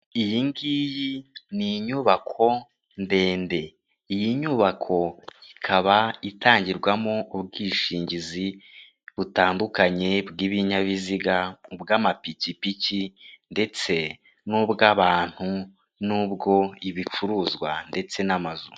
Iyi ngiyi ni inyubako ndende, iyi nyubako ikaba itangirwamo ubwishingizi butandukanye bw'ibinyabiziga, ubw'amapikipiki ndetse n'ubw'abantu n'ubw'ibicuruzwa ndetse n'amazu.